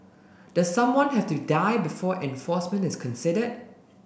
does someone have to die before enforcement is considered